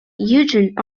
eugene